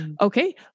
Okay